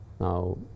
Now